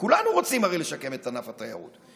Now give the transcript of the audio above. וכולנו רוצים הרי לשקם את ענף התיירות,